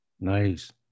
Nice